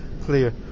Clear